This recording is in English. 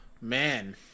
Man